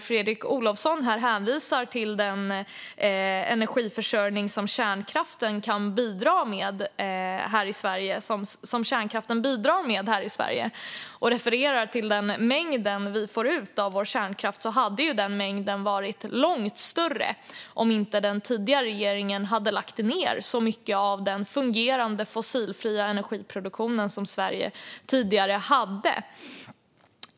Fredrik Olovsson hänvisar till den energiförsörjning som kärnkraften bidrar med här i Sverige och refererar till den mängd energi vi får ut av vår kärnkraft. Den mängden hade varit långt större om inte den tidigare regeringen lagt ned så mycket av den fungerande fossilfria energiproduktion som Sverige tidigare hade.